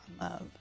love